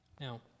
Now